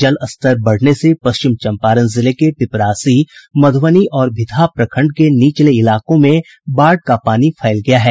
जलस्तर बढ़ने से पश्चिम चम्पारण जिले के पिपरासी मध्रबनी और भितहा प्रखंड के निचले इलाके में बाढ़ का पानी फैल गया है